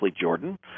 Jordan